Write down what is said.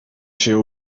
się